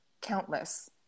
countless